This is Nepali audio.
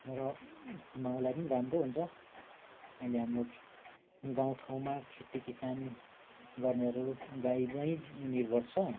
र माउलाई पनि राम्रो हुन्छ अहिले हाम्रो गाउँ ठाउँमा खेती किसान गर्नेहरू गाईमै निर्भर छ